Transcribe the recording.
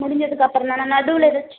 முடிஞ்சதுக்கு அப்புறந்தானா நடுவில் ஏதாச்சும்